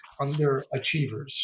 underachievers